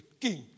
King